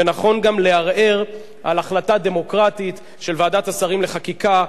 ונכון גם לערער על החלטה דמוקרטית של ועדת השרים לחקיקה,